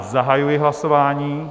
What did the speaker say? Zahajuji hlasování.